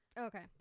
Okay